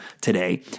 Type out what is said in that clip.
today